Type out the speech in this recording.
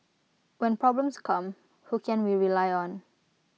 when problems come who can we rely on